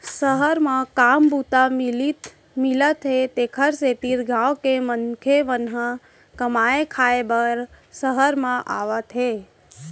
सहर म काम बूता मिलत हे तेकर सेती गॉँव के मनसे मन कमाए खाए बर सहर म आवत हें